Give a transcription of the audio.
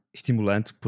estimulante